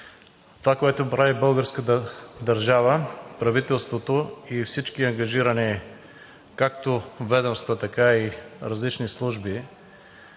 Това, което прави българската държава, правителството и всички ангажирани – както ведомства, така и различни служби,